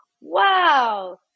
wow